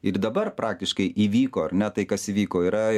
ir dabar praktiškai įvyko ar ne tai kas įvyko yra